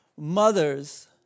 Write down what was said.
Mothers